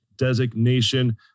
designation